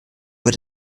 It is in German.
wird